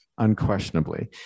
unquestionably